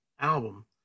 album